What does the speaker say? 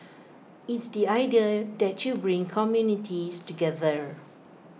it's the idea that you bring communities together